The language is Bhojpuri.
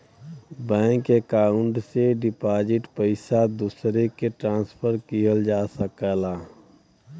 बैंक अकाउंट से डिपॉजिट पइसा दूसरे के ट्रांसफर किहल जा सकला